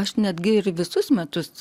aš netgi ir visus metus